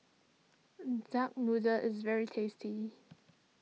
Duck Noodle is very tasty